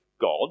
God